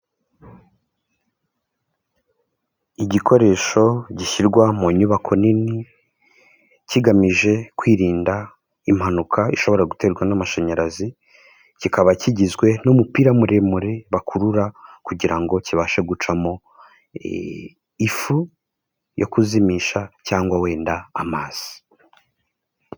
Igikoresho gishyirwa mu nyubako nini kigamije kwirinda impanuka ishobora guterwa n'amashanyarazi, kikaba kigizwe n'umupira muremure bakurura kugira ngo kibashe gucamo ifu yo kuzimisha cyangwa wenda amazi.